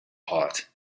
heart